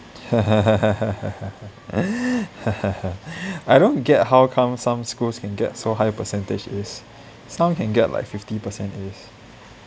I don't get how come some schools can get so high percentage A's some can get like fifty percent A's